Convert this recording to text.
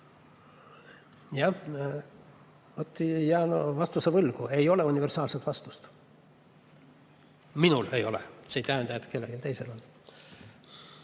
vastuse võlgu, ei ole universaalset vastust. Minul ei ole. See ei tähenda, et kellelgi teisel pole.